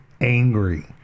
angry